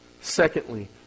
Secondly